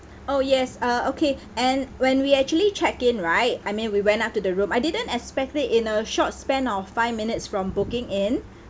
oh yes uh okay and when we actually checked in right I mean we went up to the room I didn't expect it in a short span of five minutes from booking in